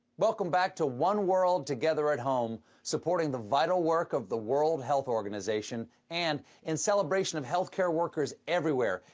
welcome back to one world together at home, supporting the vital work of the world health organization and in celebration of health care workers everywhere.